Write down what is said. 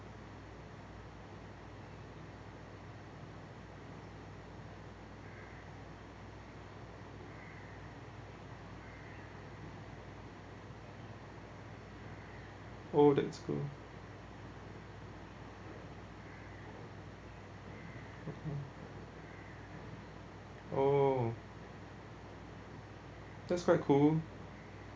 oh that's cool oh that's quite cool